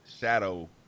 shadow